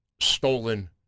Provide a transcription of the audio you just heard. stolen